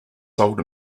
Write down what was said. sold